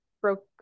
broke